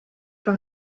par